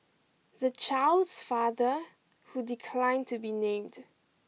the child's father who declined to be named